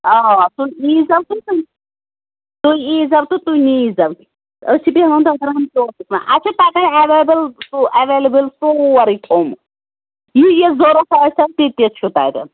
آ سُہ نِیٖزیٚو تُہۍ تہٕ تُہۍ اِیزیٚو تہٕ تُہۍ نِیٖزیٚو أسۍ چھِ بیٚہوان دۄدر ہامہِ چوکس منٛز أسہِ چھِ تَتیٚن ایٚویبٕل سو ایٚویلِبٕل سورٕے تھُومُت یہِ یہِ ضروٗرت آسیٚو تہِ تہِ چھُ تَتیٚن